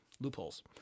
loopholes